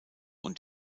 und